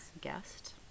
guest